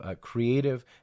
creative